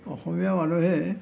অসমীয়া মানুহে